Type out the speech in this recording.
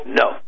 no